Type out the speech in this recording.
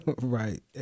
right